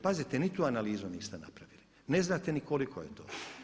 Pazite niti tu analizu niste napravili, ne znate ni koliko je to.